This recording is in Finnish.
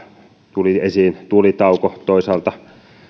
tuli esiin tulitauko toisaalta